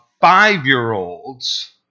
five-year-olds